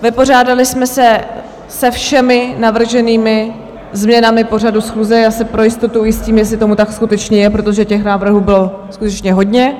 Vypořádali jsme se se všemi navrženými změnami pořadu schůze, já se pro jistotu ujistím, jestli tomu tak skutečně je, protože těch návrhů bylo skutečně hodně.